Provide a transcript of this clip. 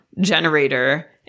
generator